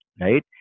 Right